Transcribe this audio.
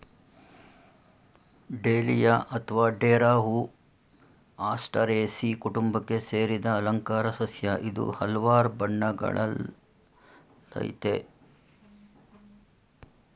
dahlia ಅತ್ವ ಡೇರಾ ಹೂ ಆಸ್ಟರೇಸೀ ಕುಟುಂಬಕ್ಕೆ ಸೇರಿದ ಅಲಂಕಾರ ಸಸ್ಯ ಇದು ಹಲ್ವಾರ್ ಬಣ್ಣಗಳಲ್ಲಯ್ತೆ